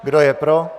Kdo je pro?